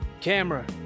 camera